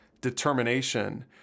determination